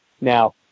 now